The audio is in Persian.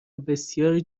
بسیاری